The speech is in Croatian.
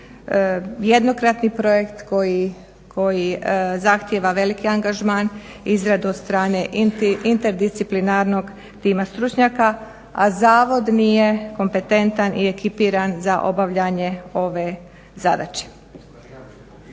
jednokratni projekt koji zahtjeva veliki angažman, izradu od strane interdisciplinarnog tima stručnjaka a zavod nije kompetentan i ekipiran za obavljanje ove zadaće.